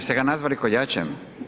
Ste ga nazvali koljačem?